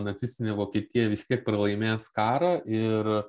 nacistinė vokietija vis tiek pralaimės karą ir